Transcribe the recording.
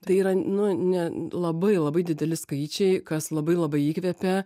tai yra nu ne labai labai dideli skaičiai kas labai labai įkvepia